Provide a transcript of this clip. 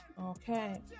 Okay